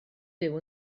byw